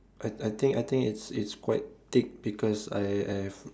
I I think I think it's it's quite thick because I I have